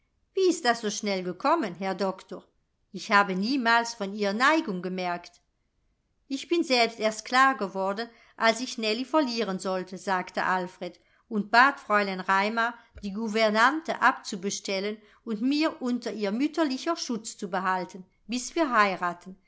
wie ist das so schnell gekommen herr doktor ich habe niemals von ihr neigung gemerkt ich bin selbst erst klar geworden als ich nellie verlieren sollte sagte alfred und bat fräulein raimar die gouvernante abzubestellen und mir unter ihr mütterlicher schutz zu behalten bis wir heiraten